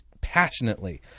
passionately